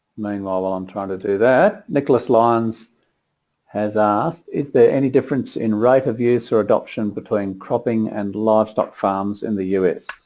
all ah i'm trying to do that nicholas lawns has asked is there any difference in right of user adoption between cropping and large. ah farms in the us